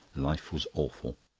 life was awful!